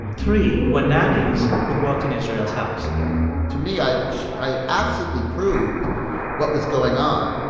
three were nannies who'd worked in israel's house to me, i i absolutely proved what was going on,